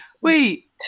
wait